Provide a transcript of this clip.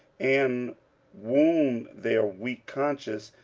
and wound their weak conscience,